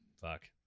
Fuck